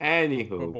Anywho